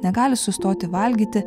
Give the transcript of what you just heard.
negali sustoti valgyti